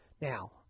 Now